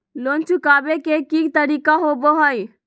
Loan चुकाबे के की तरीका होबो हइ?